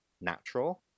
natural